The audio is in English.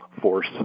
force